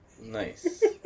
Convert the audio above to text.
nice